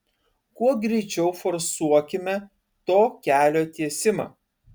kuo greičiau forsuokime to kelio tiesimą